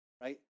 Right